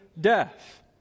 death